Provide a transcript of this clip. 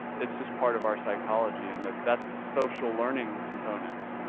it's just part of our psychology and that's that's the social learning components,